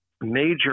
major